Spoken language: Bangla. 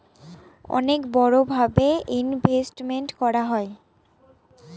অনেক বড়ো ভাবে ইনভেস্টমেন্ট করা হয়